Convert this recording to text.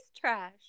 Trash